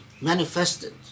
manifested